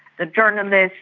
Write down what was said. the journalists,